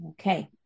okay